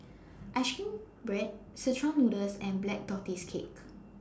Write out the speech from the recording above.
Ice Cream Bread Szechuan Noodle and Black Tortoise Cake